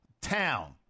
town